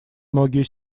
многие